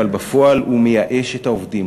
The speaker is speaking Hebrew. אבל בפועל הוא מייאש את העובדים,